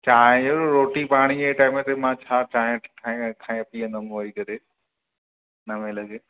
चांहि रोटी पाणी जे टाइम ते मां छा चांहि खाए खाए पीअंदुमि वेही करे नवे लॻे